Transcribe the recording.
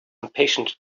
impatient